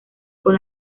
con